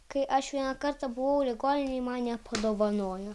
kai aš vieną kartą buvau ligoninėj man ją padovanojo